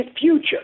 future